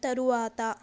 తరువాత